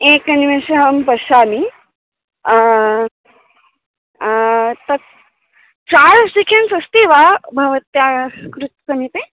एकनिमिषम् अहं पश्यामि तत् चार्ट्स् किम् अस्ति वा भवत्याः कृत् समीपे